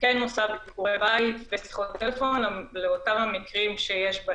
צריך ללכת ולעשות בדיקות אצל כל האנשים שעל